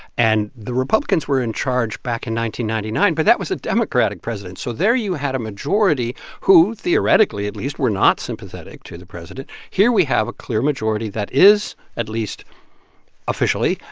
and the republicans were in charge and ninety ninety nine, but that was a democratic president. so there you had a majority who, theoretically at least, were not sympathetic to the president here we have a clear majority that is, at least officially,